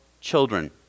children